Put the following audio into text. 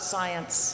Science